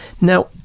now